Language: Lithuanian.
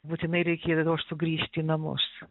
būtinai reikėdavo sugrįžti į namus